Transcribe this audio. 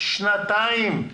שנתיים.